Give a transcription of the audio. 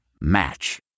Match